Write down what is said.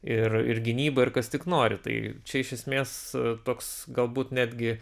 ir ir gynyba ir kas tik nori tai čia iš esmės toks galbūt netgi